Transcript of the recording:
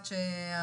אושר.